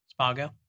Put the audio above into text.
Spago